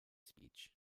speech